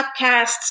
podcasts